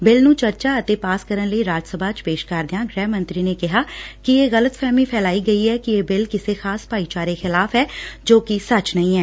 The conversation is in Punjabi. ਬਿੱਲ ਨੂੰ ਚਰਚਾ ਅਤੇ ਪਾਸ ਕਰਨ ਲਈ ਰਾਜ ਸਭਾ ਚ ਪੇਸ਼ ਕਰਦਿਆਂ ਗ੍ਰਹਿ ਮੰਤਰੀ ਨੇ ਕਿਹਾ ਕਿ ਇਹ ਗਲਤਫ਼ਹਮੀ ਫੈਲਾਈ ਗਈ ਐ ਕਿ ਇਹ ਬਿੱਲ ਕਿਸੇ ਖ਼ਾਸ ਭਾਈਚਾਰੇ ਖਿਲਾਫ਼ ਐ ਜੋ ਕਿ ਸੱਚ ਨਹੀਂ ਐ